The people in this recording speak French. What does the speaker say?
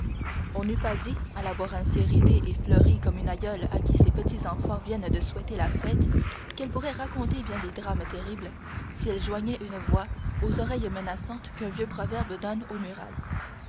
on n'eût pas dit à la voir ainsi ridée et fleurie comme une aïeule à qui ses petits-enfants viennent de souhaiter la fête qu'elle pourrait raconter bien des drames terribles si elle joignait une voix aux oreilles menaçantes qu'un vieux proverbe donne aux murailles